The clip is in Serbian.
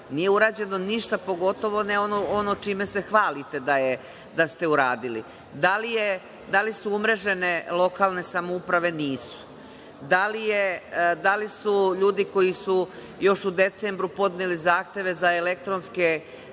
Nije urađeno ništa, pogotovo ne ono čime se hvalite da ste uradili. Da li su umrežene lokalne samouprave? Nisu. Da li su ljudi koji su, još u decembru, podneli zahteve za elektronske